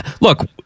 look